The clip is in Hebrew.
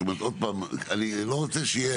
זאת אומרת, עוד פעם, אני לא רוצה שיהיה.